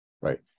Right